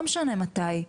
לא משנה מתי.